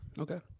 okay